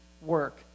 work